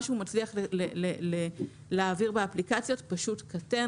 מה שהוא מצליח להעביר באפליקציות קטן.